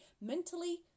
Mentally